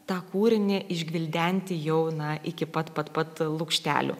tą kūrinį išgvildenti jau na iki pat pat pat lukštelių